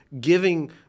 giving